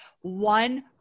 one